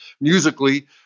musically